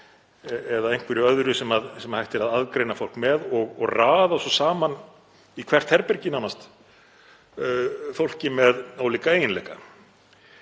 eða einhverju öðru sem hægt er að aðgreina fólk með og raða svo saman í hvert herbergi fólki með ólíka eiginleika.